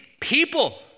people